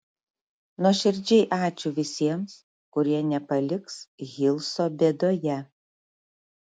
nuoširdžiai ačiū visiems kurie nepaliks hilso bėdoje